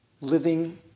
living